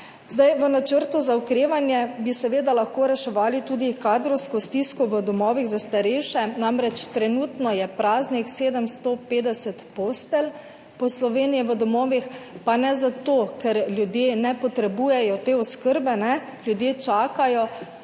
V načrtu za okrevanje bi seveda lahko reševali tudi kadrovsko stisko v domovih za starejše, namreč trenutno je v domovih po Sloveniji praznih 750 postelj , pane zato, ker ljudje ne potrebujejo te oskrbe, ljudje čakajo